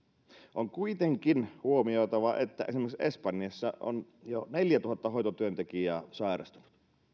on kuitenkin huomioitava että esimerkiksi espanjassa on jo neljätuhatta hoitotyöntekijää sairastunut